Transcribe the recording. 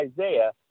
Isaiah